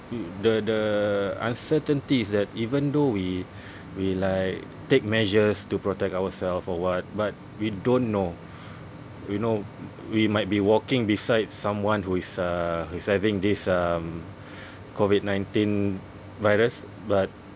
you the the uncertainty is that even though we we like take measures to protect ourself or what but we don't know you know we might be walking beside someone who is uh who is having this um COVID nineteen virus but